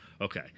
Okay